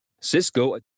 Cisco